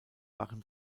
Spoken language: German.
machen